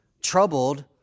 Troubled